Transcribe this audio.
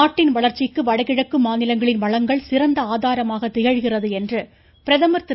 நாட்டின் வளர்ச்சிக்கு வடகிழக்கு மாநிலங்களின் வளங்கள் சிறந்த ஆதாரமாக திகழ்கிறது என்று பிரதமர் திரு